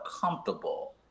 comfortable